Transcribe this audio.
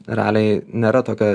realiai nėra tokio